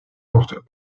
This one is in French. portent